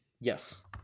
Yes